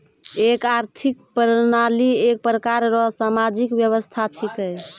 एक आर्थिक प्रणाली एक प्रकार रो सामाजिक व्यवस्था छिकै